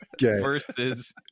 versus